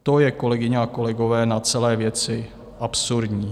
To je, kolegyně a kolegové, na celé věci absurdní.